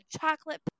chocolate